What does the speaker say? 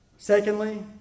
Secondly